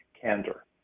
candor